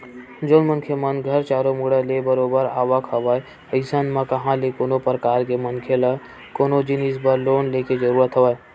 जउन मनखे मन घर चारो मुड़ा ले बरोबर आवक हवय अइसन म कहाँ ले कोनो परकार के मनखे ल कोनो जिनिस बर लोन लेके जरुरत हवय